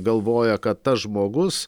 galvoja kad tas žmogus